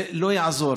זה לא יעזור.